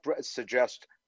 suggest